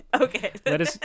Okay